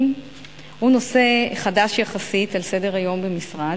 הוא נושא חדש יחסית על סדר-היום במשרד.